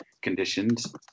conditions